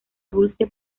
dulce